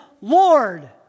Lord